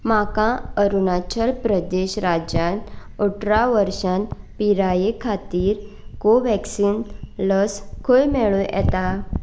म्हाका अरुणाचल प्रदेश राज्यांत अठरा वर्सां पिराये खातीर कोव्हॅक्सिन लस खंय मेळूं येता